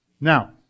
Now